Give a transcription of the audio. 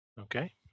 Okay